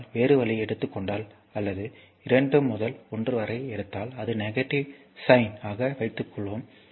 ஆனால் வேறு வழியை எடுத்துக் கொண்டால் அல்லது 2 முதல் 1 வரை எடுத்தால் அது நெகட்டிவ் சைன் ஆக என்று வைத்துக்கொள்வோம்